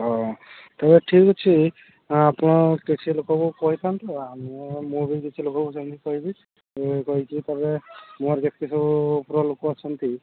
ହଁ ତା'ହେଲେ ଠିକ୍ ଅଛି ଆପଣ କିଛି ଲୋକଙ୍କୁ କହିଥାନ୍ତୁ ଆମେ ମୁଁ ବି କିଛି ଲୋକଙ୍କୁ ସେମିତି କହିବି ମୁଁ କହିଛି ତୁମେ ମୋର ଯେତେ ସବୁ ଉପର ଲୋକ ଅଛନ୍ତି